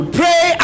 pray